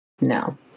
No